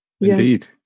indeed